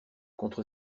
contre